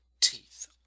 teeth